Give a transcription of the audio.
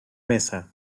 mesa